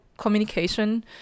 communication